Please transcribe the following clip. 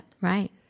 Right